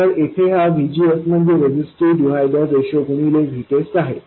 तर येथे हा VGS म्हणजे रेझिस्टिव्ह डिव्हायडर रेशो गुणिले VTEST आहे